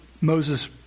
Moses